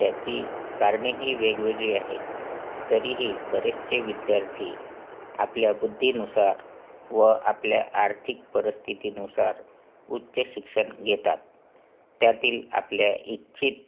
त्याची कारणेही वेगवेगळी आहेत तरीही बरेचसे विद्यार्थी आपल्या बुद्धीनुसार व आपल्या आर्थिक परस्थितीनुसार उच्च शिक्षण घेतात त्यातील आपल्या इच्छित